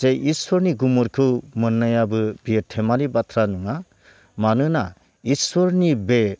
जे इसोरनि गुमुरखौ मोननायाबो बे धेमालि बाथ्रा नङा मानोना इसोरनि बे